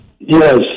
Yes